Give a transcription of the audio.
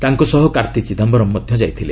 ତାଙ୍କ ସହ କାର୍ତ୍ତି ଚିଦାମ୍ଘରମ ମଧ୍ୟ ଯାଇଥିଲେ